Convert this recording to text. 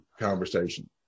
conversation